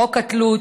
חוק התלות.